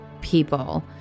people